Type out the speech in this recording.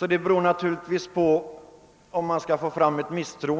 misstroende beror naturligtvis på vilka kategorier man frågar.